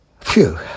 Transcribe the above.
phew